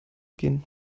gehen